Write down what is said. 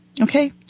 Okay